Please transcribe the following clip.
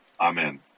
amen